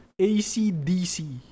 ACDC